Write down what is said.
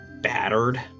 battered